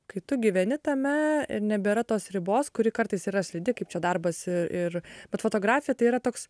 kai tu gyveni tame ir nebėra tos ribos kuri kartais yra slidi kaip čia darbas i ir bet fotografija tai yra toks